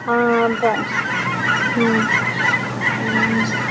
हा ब ह्म् ह्म्